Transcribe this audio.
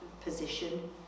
position